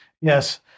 Yes